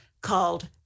called